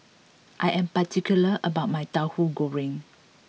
I am particular about my Tauhu Goreng